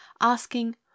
asking